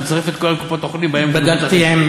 ברגע שאתה מוכר לאנשים ביטוח סיעודי שאפשר לבטל אותו כל חמש שנים,